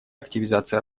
активизация